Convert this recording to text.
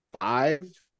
five